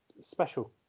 special